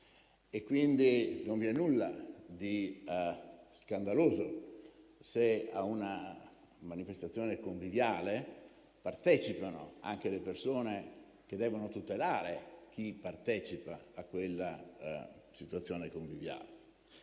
Quindi, non vi è nulla di scandaloso se a una manifestazione conviviale partecipano anche le persone che devono tutelare chi partecipa a quella situazione conviviale.